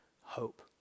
hope